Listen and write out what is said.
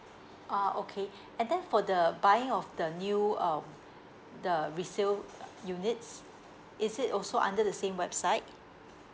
ah okay and then for the buying of the new um the resale units is it also under the same website